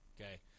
Okay